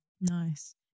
Nice